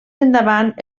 endavant